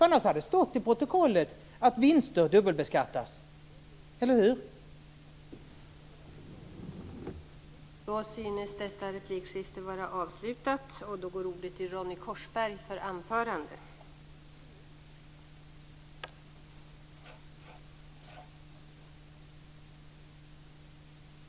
Annars hade det ju stått i protokollet att vinster dubbelbeskattas, eller hur?